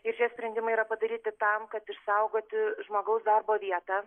ir šie sprendimai yra padaryti tam kad išsaugoti žmogaus darbo vietą